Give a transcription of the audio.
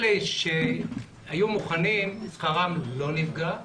אלה שהיו מוכנים, שכרם לא נפגע.